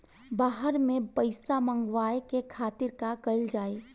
बाहर से पइसा मंगावे के खातिर का कइल जाइ?